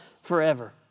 forever